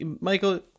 Michael